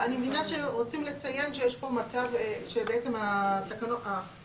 אז --- אני מבינה שרוצים לציין שיש פה מצב